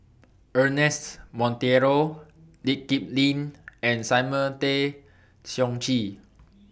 Ernest Monteiro Lee Kip Lin and Simon Tay Seong Chee